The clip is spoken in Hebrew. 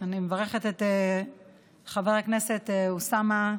אני מברכת את חבר הכנסת אוסאמה,